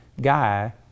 guy